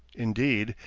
indeed,